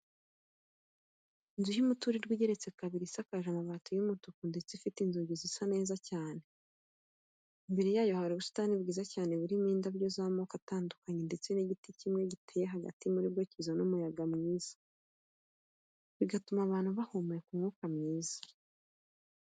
Inzu y'umuturirwa igeretse kabiri, isakaje amabati y'umutuku ndetse ifite inzugi zisa neza cyane, imbere yayo hari ubusitani bwiza cyane burimo indabo z'amako atandukanye ndetse n'igiti kimwe giteye hagati muri bwo kizana umuyaga mwiza, bigatuma abantu bahumeka umwuka mwiza.